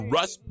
Russ